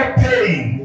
pain